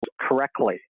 correctly